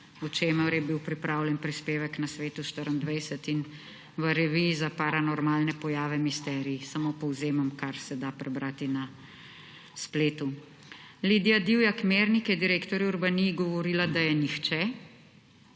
o čemer je bil pripravljen prispevati na Svetu 24 in v reviji za paranormalne pojave Misterij. Samo povzemam kar se da prebrati na spletu. Lidija Divjak Mirnk je direktorju Urbaniji govorila, da je nihče,